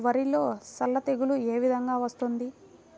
వరిలో సల్ల తెగులు ఏ విధంగా వస్తుంది?